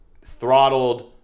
throttled